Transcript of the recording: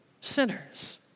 Sinners